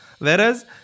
Whereas